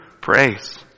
praise